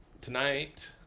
Tonight